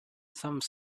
some